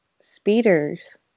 speeders